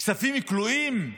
כספים כלואים,